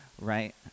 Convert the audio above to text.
right